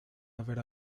haber